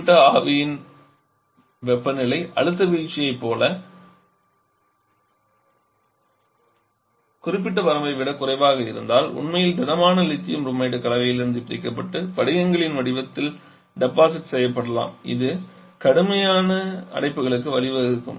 குறிப்பாக ஆவியாக்கி வெப்பநிலை அழுத்த வீழ்ச்சியைப் போல குறிப்பிட்ட வரம்பை விடக் குறைவாக இருந்தால் உண்மையில் திடமான லித்தியம் புரோமைடு கலவையிலிருந்து பிரிக்கப்பட்டு படிகங்களின் வடிவத்தில் டெபாசிட் செய்யப்படலாம் இது கடுமையான அடைப்புகளுக்கு வழிவகுக்கும்